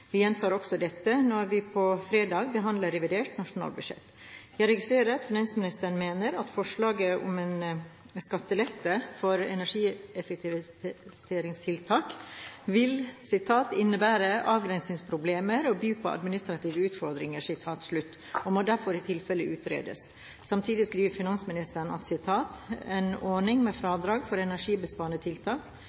Vi gjentar også dette når vi på fredag behandler revidert nasjonalbudsjett. Jeg registrerer at finansministeren mener at forslaget om en skattelette for energieffektiviseringstiltak vil «innebære avgrensningsproblemer og by på administrative utfordringer», og må derfor i tilfelle utredes. Samtidig skriver finansministeren: «En ordning med fradrag for energibesparende tiltak